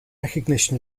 recognition